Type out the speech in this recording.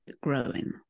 growing